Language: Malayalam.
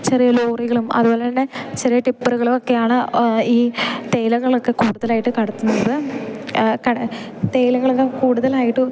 ചെറിയ ലോറികളും അതുപോലെ തന്നെ ചെറിയ ടിപ്പറുകളും ഒക്കെയാണ് ഈ തേയിലകളൊക്കെ കൂടുതലായിട്ട് കടത്തുന്നത് കട തേയിലകളൊക്കെ കൂടുതലായിട്ടും